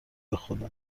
بخدا